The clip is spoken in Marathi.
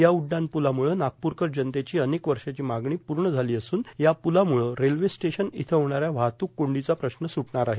या उड्डाण प्लामुळं नागपूरकर जनतेची अनेक वषाची मागणी पूण झालां असून या प्लामुळं रेल्वे स्टेशन इथं होणाऱ्या वाहतूक कांडीचा प्रश्न सुटणार आहे